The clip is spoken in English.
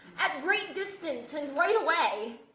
at great distance and right away.